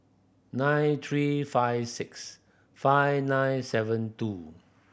nine three five six five nine seven two